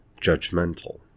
judgmental